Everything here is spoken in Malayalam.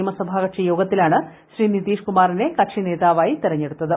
നിയമസഭാകക്ഷി യോഗത്തിലാണ് ശ്രീ നിതീഷ് കുമാറിനെ കക്ഷി നേതാവായി തെരഞ്ഞെടുത്തത്